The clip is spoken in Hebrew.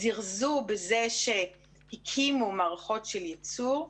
זירזו בזה שהקימו מערכות של ייצור.